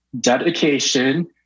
dedication